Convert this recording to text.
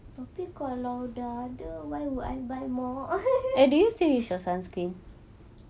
tapi kalau dah ada why would I buy mah